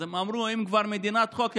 אז הם אמרו: אם כבר מדינת חוק,